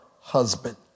husband